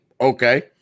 okay